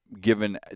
given